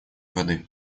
воды